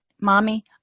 mommy